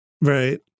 right